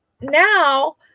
now